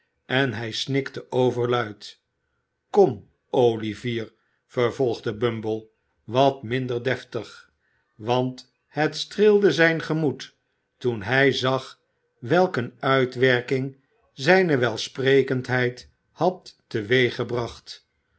en hij snikte overluid kom olivier vervolgde bumble wat minder deftig want het streelde zijn gemoed toen hij zag welk eene uitwerking zijne welsprekendheid had teweeggebracht